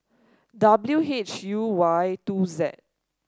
W H U Y two Z